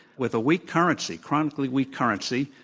with a weak currency, chronically weak currency,